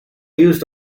used